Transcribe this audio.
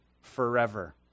forever